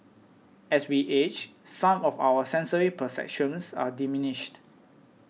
as we age some of our sensory perceptions are diminished